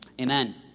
Amen